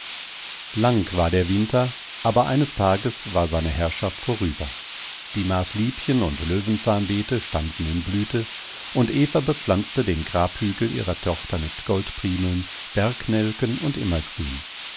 lang war der winter aber eines tages war seine herrschaft vorüber die maßliebchen und löwenzahnbeete standen in blüte und eva bepflanzte den grabhügel ihrer tochter mit goldprimeln bergnelken und immergrün